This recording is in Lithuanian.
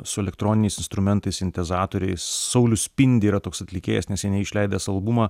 su elektroniniais instrumentais sintezatoriais saulius spindi yra toks atlikėjas neseniai išleidęs albumą